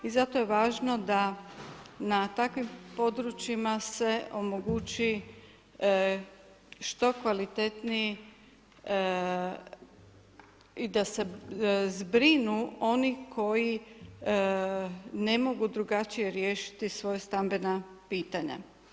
I zato je važno da na takvim područjima se omogući što kvalitetniji i da se zbrinu oni koji ne mogu drugačije riješiti svoja stambena pitanja.